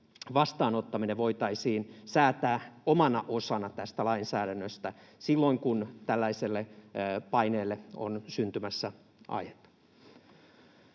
vastaanottaminen voitaisiin säätää omana osanaan tästä lainsäädännöstä silloin kun tällaiselle paineelle on syntymässä aihetta?